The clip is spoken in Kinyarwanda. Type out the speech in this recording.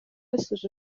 yasoje